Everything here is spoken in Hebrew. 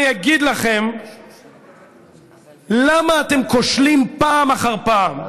אני אגיד לכם למה אתם כושלים פעם אחר פעם,